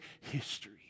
history